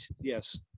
Yes